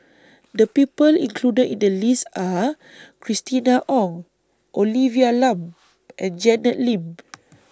The People included in The list Are Christina Ong Olivia Lum and Janet Lim